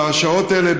בשעות האלה,